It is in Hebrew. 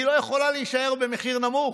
היא לא יכולה להישאר במחיר נמוך,